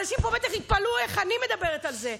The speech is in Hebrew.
אנשים פה בטח התפלאו איך אני מדברת על זה,